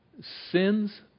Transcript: sin's